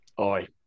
Oi